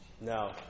No